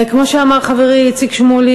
כמו שאמר חברי איציק שמולי,